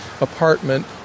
apartment